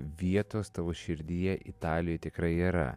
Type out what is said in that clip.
vietos tavo širdyje italijai tikrai yra